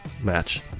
match